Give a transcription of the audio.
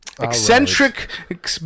Eccentric